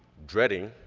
dreading,